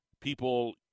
people